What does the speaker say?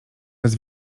bez